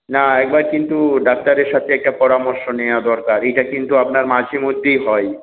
না একবার কিন্তু ডাক্তারের সাথে একটা পরামর্শ নেওয়া দরকার এটা কিন্তু আপনার মাঝেমধ্যেই হয়